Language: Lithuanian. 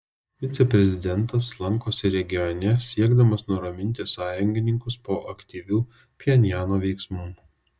viceprezidentas lankosi regione siekdamas nuraminti sąjungininkus po aktyvių pchenjano veiksmų